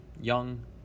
young